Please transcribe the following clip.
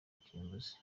kirimbuzi